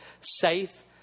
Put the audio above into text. safe